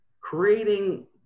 creating